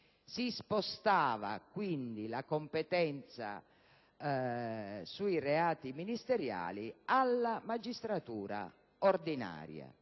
Si attribuiva, quindi, la competenza sui reati ministeriali alla magistratura ordinaria.